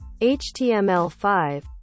HTML5